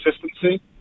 consistency